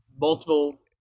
multiple –